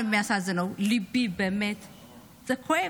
באמהרית.) ליבי, באמת, זה כואב.